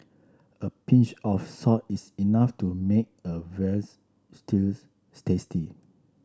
a pinch of salt is enough to make a veal's stew tasty